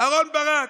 אהרן ברק.